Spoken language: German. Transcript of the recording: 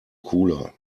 cooler